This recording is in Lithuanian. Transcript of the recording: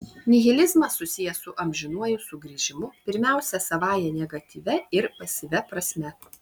nihilizmas susijęs su amžinuoju sugrįžimu pirmiausia savąja negatyvia ir pasyvia prasme